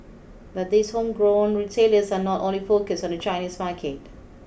but these homegrown retailers are not only focused on the Chinese market